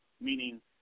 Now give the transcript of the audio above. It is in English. meaning